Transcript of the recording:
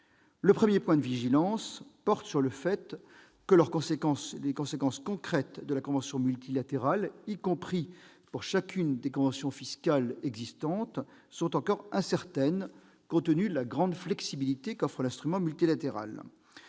Le premier point de vigilance porte sur le fait que les conséquences concrètes de la convention multilatérale, y compris pour chacune des conventions fiscales bilatérales existantes, restent encore incertaines, compte tenu de la grande flexibilité qu'offre l'instrument multilatéral.